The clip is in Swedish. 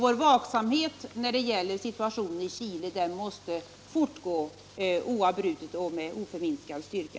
Vår vaksamhet när det gäller situatior.en i Chile måste alltså upprätthållas oavbrutet och med oförminskad styrka.